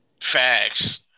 Facts